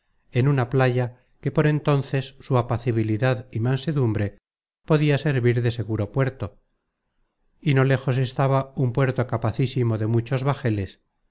en una playa que por entonces su apacibilidad y mansedumbre podia servir de seguro puerto y no lejos estaba un puerto capacísimo de muchos bajeles